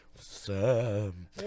Sam